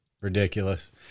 ridiculous